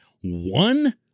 one